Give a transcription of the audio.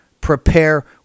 Prepare